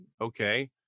Okay